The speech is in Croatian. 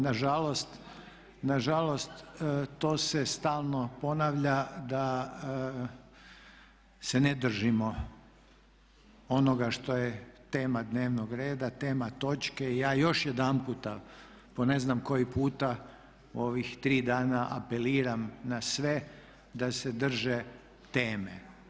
Nažalost to se stalno ponavlja da se ne držimo onoga što je tema dnevnog reda, tema točke i ja još jedanputa po ne znam koji puta u ovih tri dana apeliram na sve da se drže teme.